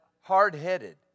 hard-headed